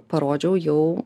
parodžiau jau